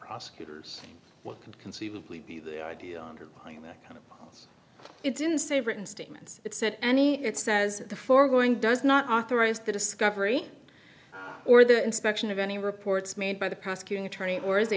prosecutors what could conceivably be the idea behind that kind of it didn't say written statements it said any it says the foregoing does not authorize the discovery or the inspection of any reports made by the prosecuting attorney or